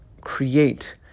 create